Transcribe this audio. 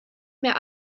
mehr